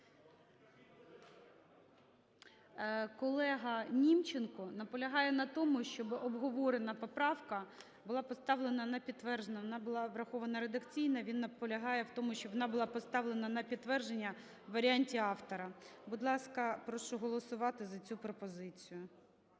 КолегаНімченко наполягає на тому, щоби обговорена поправка була поставлена на підтвердження. Вона була врахована редакційно, він наполягає на тому, щоб вона була поставлена на підтвердження в варіанті автора. Будь ласка, прошу голосувати за цю пропозицію.